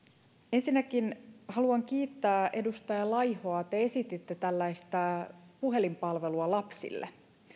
ensinnäkin haluan kiittää edustaja laihoa te esititte tällaista puhelinpalvelua lapsille